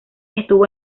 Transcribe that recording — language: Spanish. estuvo